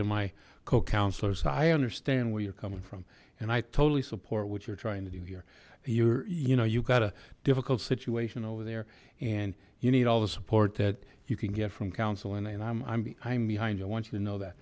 to my co counselor so i understand where you're coming from and i totally support what you're trying to do here you're you know you've got a difficult situation over there and you need all the support that you can get from council in a and i'm b i'm behind you i want you to know that